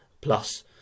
plus